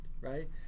right